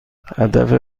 هدف